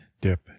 dip